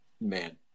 Man